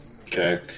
okay